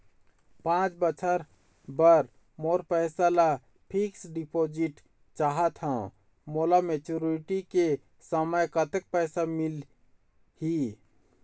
पांच बछर बर मोर पैसा ला फिक्स डिपोजिट चाहत हंव, मोला मैच्योरिटी के समय कतेक पैसा मिल ही?